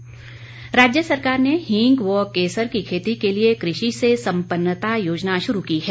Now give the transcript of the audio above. हींग राज्य सरकार ने हींग व केसर की खेती के लिए कृषि से संपन्नता योजना शुरू की है